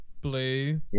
Blue